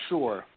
Sure